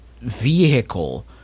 vehicle